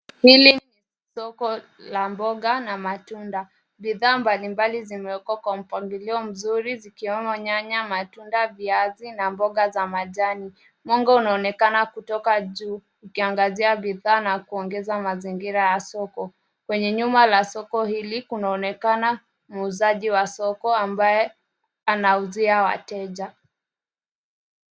Hili ni soko la mboga na matunda. Bidhaa mbalimbali zimewekwa kwa mpangilio mzuri, zikiwemo nyanya, matunda, viazi na mboga za majani. Mwanga unaonekana kutoka juu, ukiangazia bidhaa na kuongeza mazingira ya soko. Kwenye nyuma la soko hili kunaonekana muuzaji wa soko ambaye anauzia wateja.